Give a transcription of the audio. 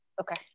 Okay